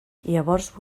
llavors